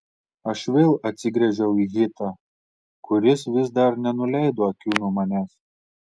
aš vėl atsigręžiau į hitą kuris vis dar nenuleido akių nuo manęs